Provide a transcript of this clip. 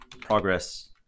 progress